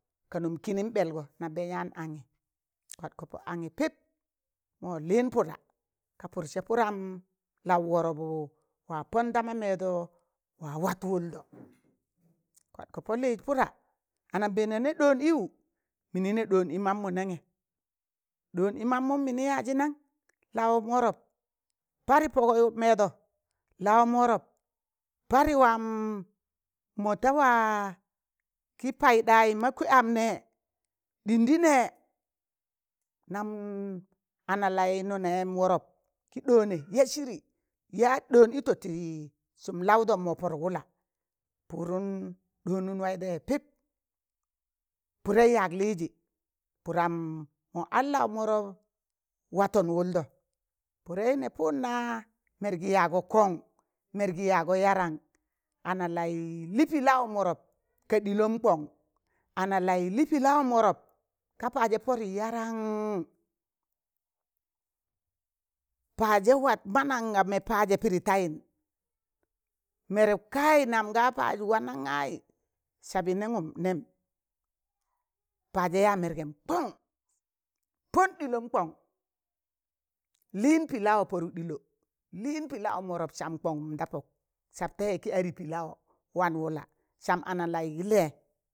Ka nụm kịnịm ɓelgọ anambẹẹn yaan angị, kwat kọ pọ angị pịp ma lịịn pụda kọ pụssẹ pụdam laụ wọrọpụ, wa pọn da ma mẹẹ dọ wa wat wụldọ kwat kọ pọ lịịz pụda, anambẹẹna nẹ ɗọọn ịwụ, mịnị nẹ ɗọọn i ̣mammụ nẹngẹ ɗọọn ị ma mụm mịnị yazị nẹnẹ nan? lawọn wọrọp parị pagọị mẹẹ dọ, lawaọn wọrọp parị wam mọta wa ki payịn ɗayị ma kwẹ am nẹ ɗịndịnẹ, nam ana laị nụnẹm wọrop kị ɗọọnẹ, ya shiri ya ɗọọn ịtọ ti sụm laụdọm mọ wa pọdụk wụla, pụdụm ɗọọnụm waị taịzẹ pịp pụrẹị yaag lịịzi,̣ pụdam mọ an lawọn wọrap watọn wụldọ, pụdẹị nẹ pụụdna mẹrgị yagọ kọn, mẹrgị yagọ yaran, ana laị lị pịị lawọm wọrọp ka ɗịlọm kọn ana laị pịị lawaọm wọrọp, ka paazẹ pọdị yarang, paazẹ wat manam ga mẹ paazẹ pịdị tayịn, mẹrụk kayị nam gaa pas wanan gayị, sabị nẹmụm nẹm. Paazẹ yaa mẹrgẹm kon, pọn ɗịlọn kọn, lịịn pịị lawa pọdụk ɗịlọ, lịịn pịị lawọn wọrọp sam kọngụm da pọk, sab taịzẹ kị adị pịị lawọ wan wụla sam ana laị